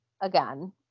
again